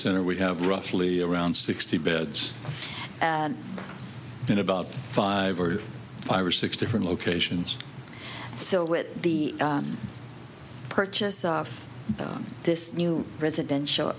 center we have roughly around sixty beds in about five or five or six different locations so with the purchase of this new residential